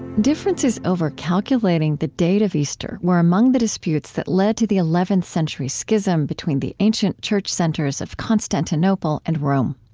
differences over calculating the date of easter were among the disputes that led to the eleventh century schism between the ancient church centers of constantinople and rome.